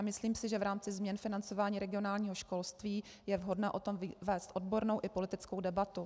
Myslím si, že v rámci změn financování regionálního školství je vhodné o tom vést odbornou i politickou debatu.